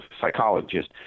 psychologist